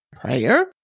Prayer